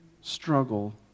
struggle